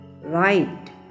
Right